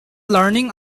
learning